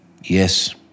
Yes